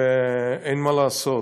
אין מה לעשות,